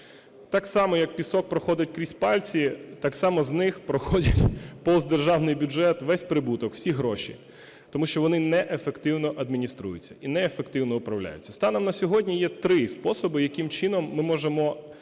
Так само, як пісок проходить крізь пальці, так само з них проходять повз державний бюджет весь прибуток, всі гроші, тому що вони неефективно адмініструються і неефективно управляються. Станом на сьогодні є три способи, яким чином ми можемо